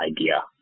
idea